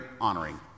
honoring